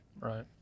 Right